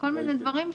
לכל מיני דברים,